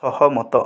ସହମତ